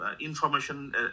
information